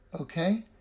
Okay